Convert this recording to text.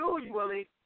usually